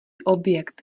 objekt